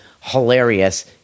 hilarious